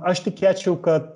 aš tikėčiau kad